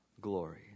glory